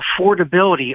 affordability